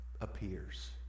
appears